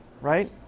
Right